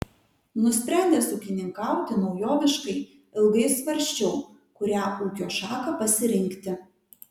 nusprendęs ūkininkauti naujoviškai ilgai svarsčiau kurią ūkio šaką pasirinkti